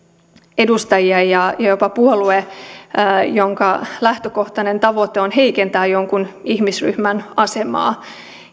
edustajia ja jopa puolue joiden lähtökohtainen tavoite on heikentää jonkun ihmisryhmän asemaa